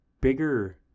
bigger